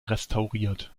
restauriert